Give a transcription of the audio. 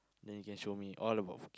then you can show me all about Phuket